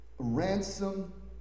Ransom